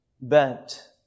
bent